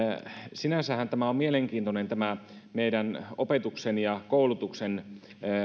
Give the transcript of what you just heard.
sinänsähän tämä meidän opetuksen ja koulutuksen